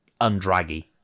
undraggy